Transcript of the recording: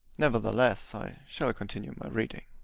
nevertheless, i shall continue my reading.